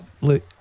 Look